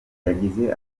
yagize